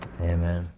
amen